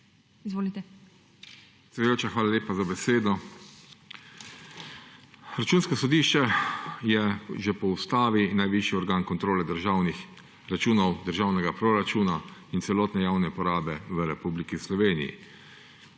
Predsedujoča, hvala lepa za besedo. Računsko sodišče je že po ustavi najvišji organ kontrole državnih računov, državnega proračuna in celotne javne porabe v Republiki Sloveniji.